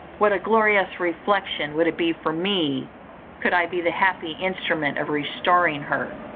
what a glorious reflexion would it be for me could i be the happy instrument of restoring her.